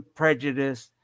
prejudice